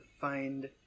find